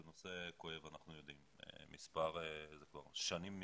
זה נושא כואב ואנחנו יודעים זאת כבר מספר שנים.